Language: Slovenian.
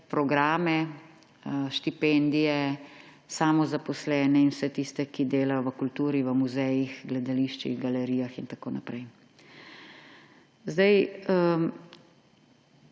programe, štipendije, samozaposlene in vse tiste, ki delajo v kulturi, v muzejih, gledališčih, galerijah in tako naprej. Vemo,